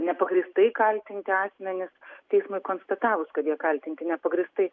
nepagrįstai kaltinti asmenys teismui konstatavus kad jie kaltinti nepagrįstai